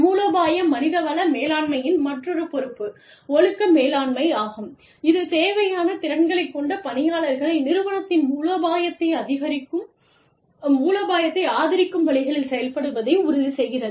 மூலோபாய மனித வள மேலாண்மையின் மற்றொரு பொறுப்பு ஒழுக்க மேலாண்மை ஆகும் இது தேவையான திறன்களைக் கொண்ட பணியாளர்களை நிறுவனத்தின் மூலோபாயத்தை ஆதரிக்கும் வழிகளில் செயல்படுவதை உறுதி செய்கிறது